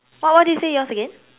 what what did you say yours again